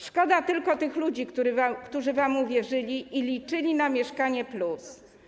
Szkoda tylko tych ludzi, którzy wam uwierzyli i liczyli na „Mieszkanie+”